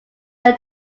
were